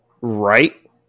right